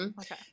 Okay